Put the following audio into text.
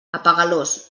apegalós